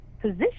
position